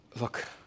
look